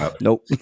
Nope